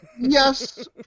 Yes